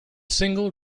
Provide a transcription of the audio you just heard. single